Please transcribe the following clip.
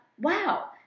wow